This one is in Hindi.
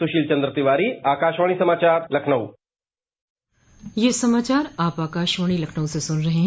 सुशील चंद्र तिवारी आकाशवाणी समाचार लखनऊ ब्रे क यह समाचार आप आकाशवाणी लखनऊ से सुन रहे हैं